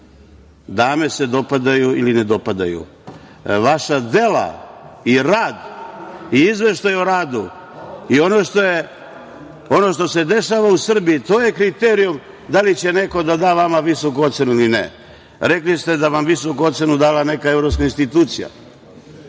Dame se dopadaju ili ne dopadaju. Vaša dela i rad i izveštaj o radu i ono što se dešava u Srbiji je kriterijum da li će neko da da vama visoku ocenu ili ne. Rekli ste da vam visoku ocenu dala neka evropska institucija.